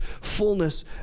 fullness